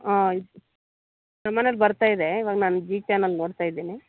ಆಂ ನಮ್ಮ ಮನೇಲ್ಲಿ ಬರ್ತಾಯಿದೆ ಇವಾಗ ನಾನು ಜೀ ಚಾನಲ್ ನೋಡ್ತಾಯಿದ್ದೀನಿ